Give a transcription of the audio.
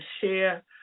share